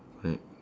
correct